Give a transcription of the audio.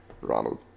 Ronald